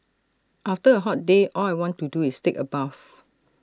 after A hot day all I want to do is take A bath